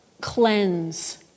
cleanse